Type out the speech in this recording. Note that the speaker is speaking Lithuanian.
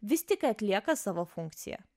vis tik atlieka savo funkciją